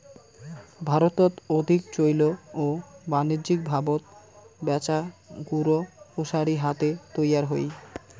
ভারতত অধিক চৈল ও বাণিজ্যিকভাবত ব্যাচা গুড় কুশারি হাতে তৈয়ার হই